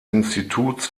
instituts